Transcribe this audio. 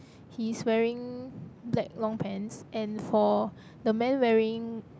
he is wearing black long pants and for the man wearing